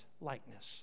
likeness